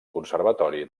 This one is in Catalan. conservatori